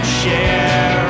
share